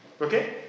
Okay